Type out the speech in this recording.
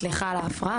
סליחה על ההפרעה.